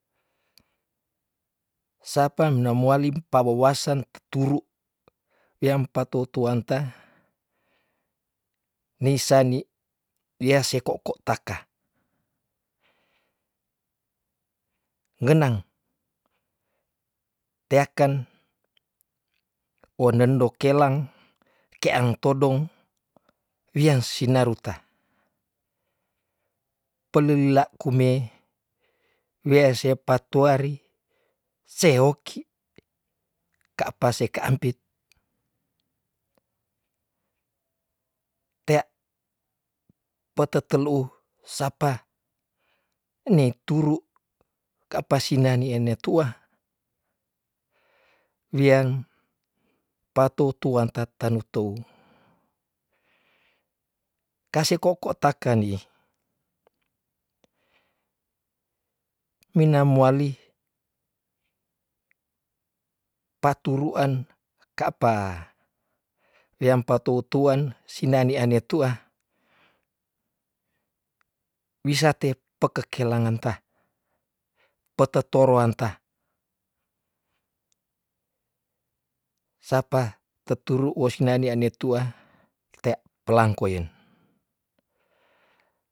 Sapa mina moali mpawowasen teturu wiyampatoutouanta nei sani wia se ko'ko' taka nggenang, teaken wonnden tdo kelang keang todong wian sinaruta pelulilaa kume wease patuari seoki ka apa se kaampit tea poteteluu sapa ni turu ka apa sinaniene tua wian patoutuan tattanutou kase ko'ko taken dii mina moali paturuen ka apa wian patoutuen sinanianeatua wisa te pakekelanganta patotoroanta sapa teturu we sinanianeatua tei pelang koen.